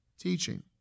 teaching